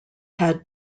had